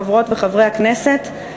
חברות וחברי הכנסת,